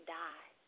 die